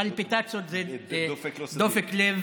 פלפיטציות זה, פלפיטציות, דופק לא סדיר.